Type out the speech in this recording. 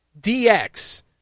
DX